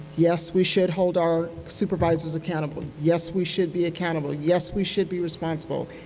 yes, we should hold our supervisors accountable. yes, we should be accountable. yes, we should be responsible.